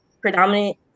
predominant